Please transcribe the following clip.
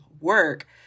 work